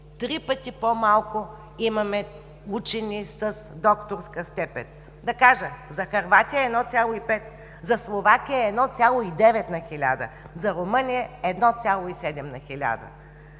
Три пъти по-малко имаме учени с докторска степен. Да кажа: за Хърватия – 1,5; за Словакия – 1,9 на 1000; за Румъния – 1,7 на 1000.